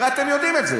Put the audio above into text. הרי אתם יודעים את זה,